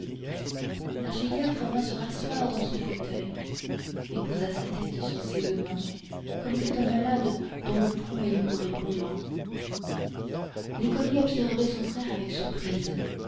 l'archidiacre vint se rasseoir dans son fauteuil et posa sa tête sur ses deux mains comme fait un malade dont le front est lourd et brûlant l'écolier observait son frère avec surprise